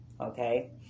Okay